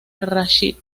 rashid